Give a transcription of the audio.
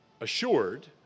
assured